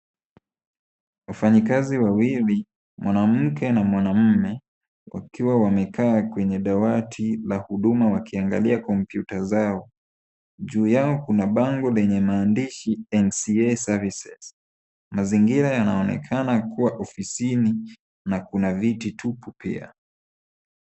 Wafanyikazi wawili mwanamke na mwanamme, wakiwa wamekaa kwenye dawati la huduma wakiangalia kompyuta zao ,juu Yao Kuna bango lenye maandishi NCA services (cs) , mazingira yanaonekana kua ofisini na Kuna viti tupu pia .